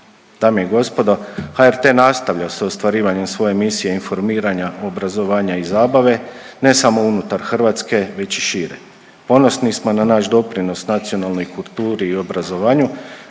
Dame i gospodo, HRT nastavlja s ostvarivanjem svoje misije informiranja, obrazovanja i zabave ne samo unutar Hrvatske već i šire. Ponosni smo na naš doprinos nacionalnoj kulturi i obrazovanju